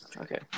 Okay